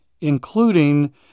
including